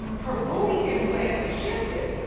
her booty implants shifted.